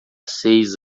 seis